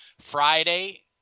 Friday